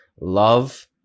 love